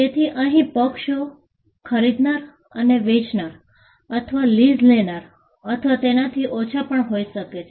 તેથી અહીં પક્ષો ખરીદનાર અથવા વેચનાર અથવા લીઝ લેનાર અથવા તેનાથી ઓછા પણ હોઈ શકે છે